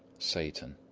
satan.